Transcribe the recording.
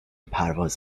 پرواز